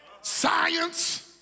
science